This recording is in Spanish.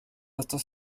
estos